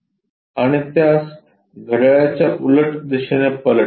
आणि त्यास घड्याळाच्या उलट दिशेने पलटवा